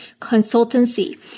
consultancy